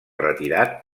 retirat